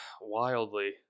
wildly